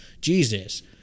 Jesus